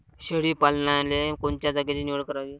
शेळी पालनाले कोनच्या जागेची निवड करावी?